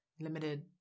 Limited